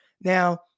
Now